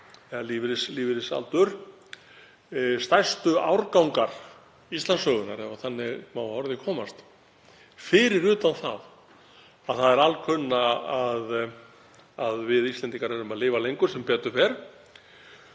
eða lífeyrisaldur, stærstu árgangar Íslandssögunnar, ef þannig má að orði komast. Fyrir utan það að það er alkunna að við Íslendingar lifum lengur, sem betur fer.